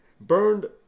burned